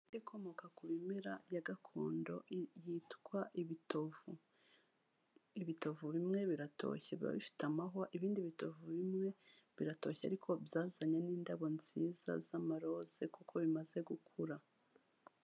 Imiti ikomoka ku bimera ya gakondo yitwa ibitovu. Ibitovu bimwe biratoshye biba bifite amahwa, ibindi bitovu bimwe biratoshye ariko byazanye n'indabo nziza z'amaroze kuko bimaze gukura.